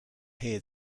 here